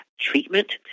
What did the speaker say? treatment